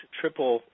triple